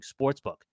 Sportsbook